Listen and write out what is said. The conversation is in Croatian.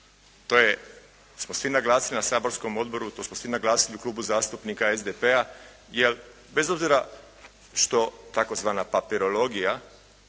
To smo svi naglasili na saborskom odboru, to smo svi naglasili u Klubu zastupnika SDP-a, jer bez obzira što tzv. papirologija